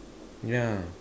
yeah